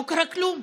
לא קרה כלום.